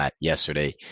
yesterday